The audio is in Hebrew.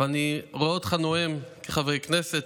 ואני רואה אותך נואם כחבר כנסת,